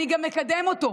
אני גם אקדם אותו.